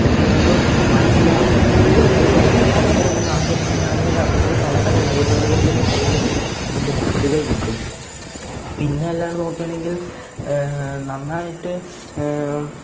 കുട്ടികൾക്ക് മനസ്സിലാകുന്ന രീതികൾക്ക് ഇവർക്ക് പഠിക്കണമെന്നാഗ്രഹമാണെങ്കിൽ അവർക്കത് പല പല ലൈബ്രറികളിൽ പോയി അത് അതിന്റെ ബുക്കുകൾ കിട്ടും പിന്നല്ലാണ്ട് നോക്കുകയാണെങ്കിൽ നന്നായിട്ട്